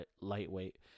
lightweight